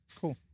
Cool